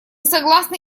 согласны